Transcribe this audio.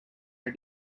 the